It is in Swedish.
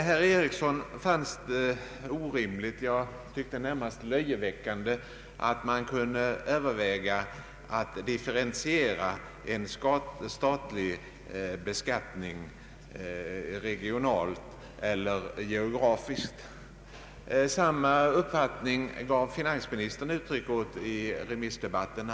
Herr John Ericsson fann det orimligt — ja, som det föreföll närmast löjeväckande att man kunde överväga att differentiera en statlig beskattning regionalt eller geografiskt. Samma uppfattning gav finansministern uttryck åt i remissdebatten.